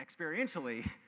experientially